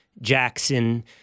jackson